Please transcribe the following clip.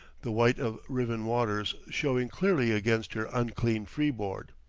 the white of riven waters showing clearly against her unclean freeboard.